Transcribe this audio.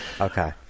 Okay